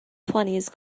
twenties